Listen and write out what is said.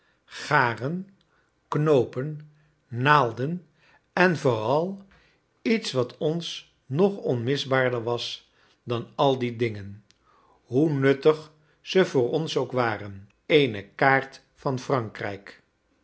garen knoopen naalden en vooral iets wat ons nog onmisbaarder was dan al die dingen hoe nuttig ze voor ons ook waren eene kaart van frankrijk